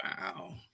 wow